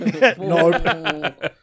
nope